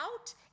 out